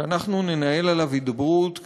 שננהל עליו הידברות,